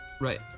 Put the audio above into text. Right